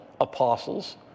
apostles